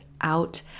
out